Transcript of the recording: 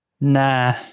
Nah